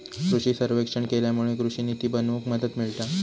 कृषि सर्वेक्षण केल्यामुळे कृषि निती बनवूक मदत मिळता